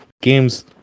Games